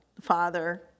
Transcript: Father